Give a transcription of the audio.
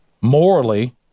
morally